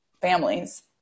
families